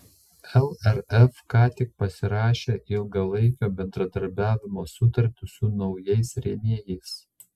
lrf ką tik pasirašė ilgalaikio bendradarbiavimo sutartį su naujais rėmėjais